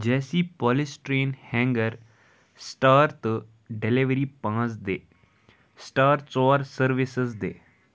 جیسی پالسٹریٖن ہٮ۪نٛگر سٹار تہٕ ڈٮ۪لِؤری پانٛژھ دِ سٹار ژور سٔروِسِز دِ